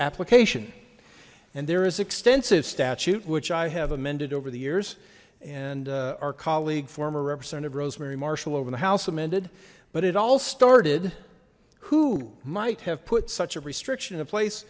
application and there is extensive statute which i have amended over the years and our colleague former representative rosemary marshall over the house amended but it all started who might have put such a restriction in a place